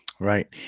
Right